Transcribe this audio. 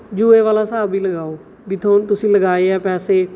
ਜੂਏ ਵਾਲਾ ਹਿਸਾਬ ਈ ਲਗਾਓ ਵੀ ਥੋ ਤੁਸੀਂ ਲਗਾਏ ਆ ਪੈਸੇ